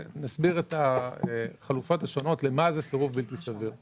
נסביר את החלופות השונות האומרות מה זה סירוב בלתי סביר.